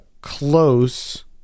close